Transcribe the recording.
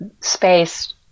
space